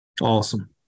Awesome